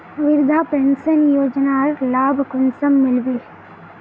वृद्धा पेंशन योजनार लाभ कुंसम मिलबे?